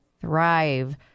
thrive